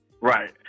Right